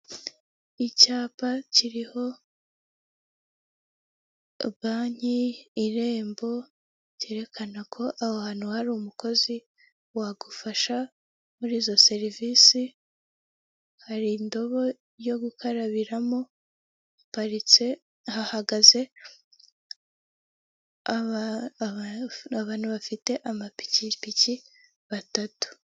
Ifoto y'umugabo wafotorewe hagati mubantu w'umuyobozi wambaye kositimu ufite na marineti arebye hirya.